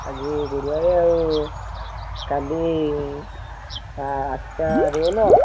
ଆଜି ଗୁରୁବାର ଆଉ କାଲି ଆଠଟା ରୋଲ୍